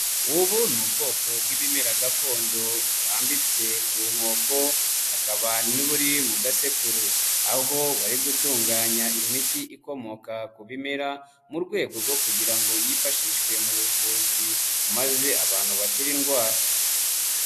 Ubu ni ubwoko bw'ibimera gakondo burambitse ku nkoko, hakaba n'uburi mu gasekuru aho bari gutunganya imiti ikomoka ku bimera mu rwego rwo kugira ngo yifashishwe mu buvuzi maze abantu bakira indwara.